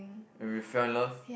will you fell in love